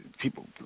people